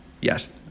yes